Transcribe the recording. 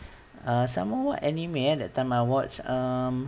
err some more what anime eh that time I watch um